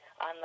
on